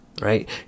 right